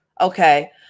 okay